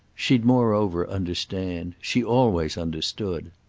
she'd moreover understand she always understood.